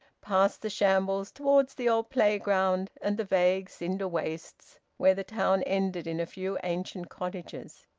past the shambles, towards the old playground and the vague cinder-wastes where the town ended in a few ancient cottages.